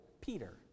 Peter